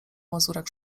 mazurek